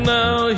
now